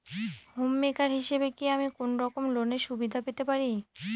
Home maker হিসেবে কি আমি কোনো রকম লোনের সুবিধা পেতে পারি?